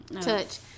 touch